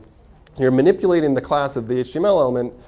you're manipulating the class of the html element.